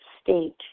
state